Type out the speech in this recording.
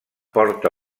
porta